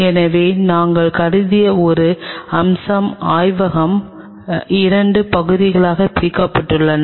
எனவே நாங்கள் கருதிய ஒரு அம்சம் ஆய்வகம் 2 பகுதிகளாக பிரிக்கப்பட்டுள்ளது